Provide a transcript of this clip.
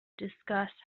discuss